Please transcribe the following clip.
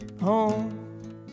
home